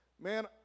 man